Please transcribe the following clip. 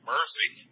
Mercy